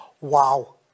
wow